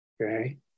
okay